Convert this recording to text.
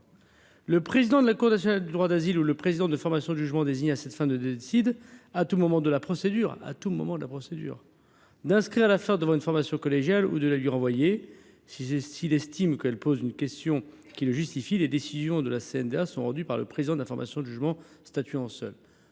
le président de la Cour nationale du droit d’asile ou le président de formation de jugement désigné à cette fin ne décide, à tout moment de la procédure, d’inscrire l’affaire devant une formation collégiale ou de la lui renvoyer s’il estime qu’elle pose une question qui le justifie, les décisions de la Cour nationale du droit d’asile sont rendues par le président de la formation de jugement statuant seul.